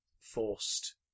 forced